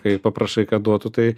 kai paprašai kad duotų tai